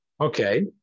okay